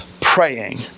praying